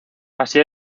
así